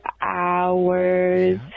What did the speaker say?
hours